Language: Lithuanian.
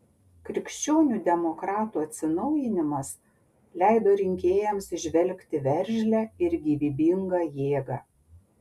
krikščionių demokratų atsinaujinimas leido rinkėjams įžvelgti veržlią ir gyvybingą jėgą